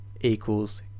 equals